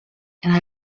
and